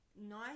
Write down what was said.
Nice